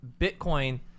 bitcoin